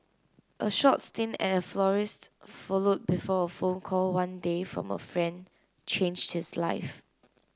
a short stint at a florist's followed before a phone call one day from a friend changed his life